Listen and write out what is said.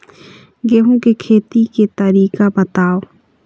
गेहूं के खेती के तरीका बताव?